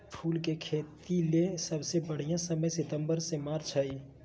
फूल के खेतीले सबसे बढ़िया समय सितंबर से मार्च हई